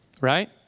Right